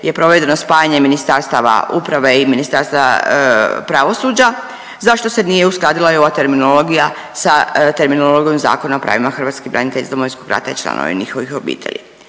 je provedeno spajanje Ministarstva uprave i Ministarstva pravosuđa, zašto se nije uskladila i ova terminologija sa terminologijom Zakona o pravima hrvatskih branitelja iz Domovinskog rata i članova njihovih obitelji.